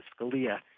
Scalia